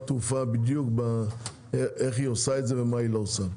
תעופה בדיוק איך היא עושה ומה היא לא עושה.